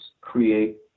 create